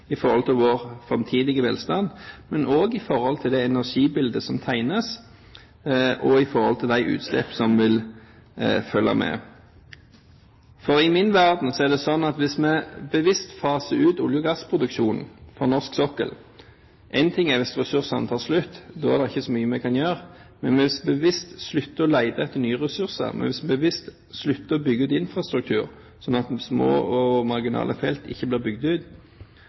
til vår framtidige velstand, med hensyn til det energibildet som tegnes, og med hensyn til de utslipp som vil følge med. For i min verden er det slik at hvis vi bevisst faser ut olje- og gassproduksjonen på norsk sokkel – en ting er hvis ressursene tar slutt, da er det ikke så mye vi kan gjøre – og hvis vi bevisst slutter å lete etter nye ressurser, bevisst slutter å bygge ut infrastruktur, slik at små og marginale felt ikke blir bygd ut,